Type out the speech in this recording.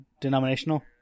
denominational